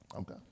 Okay